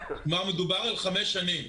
כלומר מדובר על חמש שנים.